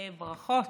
ברכות.